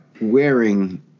wearing